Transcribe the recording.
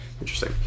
Interesting